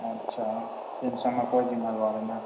अच्छा तीन सए मे कोई ज़िम्मेवारी नहि